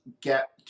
get